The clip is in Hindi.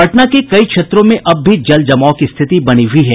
पटना के कई क्षेत्रों में अब भी जल जमाव की स्थिति बनी हुई है